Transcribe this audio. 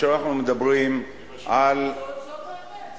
כאשר אנחנו מדברים על, זאת האמת.